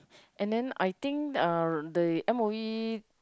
and then I think uh the m_o_e